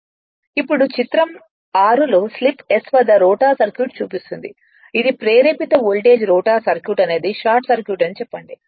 ఇప్పుడు చిత్రం 6లో స్లిప్ s వద్ద రోటర్ సర్క్యూట్ చూపిస్తుంది ఇది ప్రేరేపిత వోల్టేజ్ రోటర్ సర్క్యూట్ అనేది షార్ట్ సర్క్యూట్ అని చెప్పండి